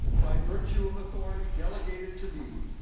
by virtue of authority delegated to me,